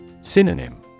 Synonym